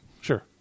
Sure